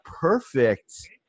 perfect